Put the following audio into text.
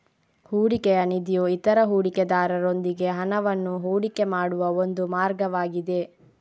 ಹೂಡಿಕೆಯ ನಿಧಿಯು ಇತರ ಹೂಡಿಕೆದಾರರೊಂದಿಗೆ ಹಣವನ್ನು ಹೂಡಿಕೆ ಮಾಡುವ ಒಂದು ಮಾರ್ಗವಾಗಿದೆ